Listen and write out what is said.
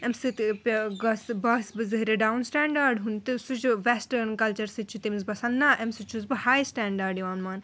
اَمہِ سۭتۍ گژھہِ باسہِ بہٕ زٲہریہ ڈَوُن سِٹیٚنٛڈارڈ ہُنٛد تہٕ سُہ چھُ ویسٹٲرٕن کَلچَر سۭتۍ چھِ تٔمِس باسان نہ اَمہِ سۭتۍ چھُس بہٕ ہاے سِٹیٚنٛڈارڈ یِوان ماننہٕ